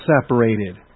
separated